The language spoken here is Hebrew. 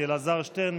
אלעזר שטרן,